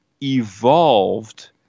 evolved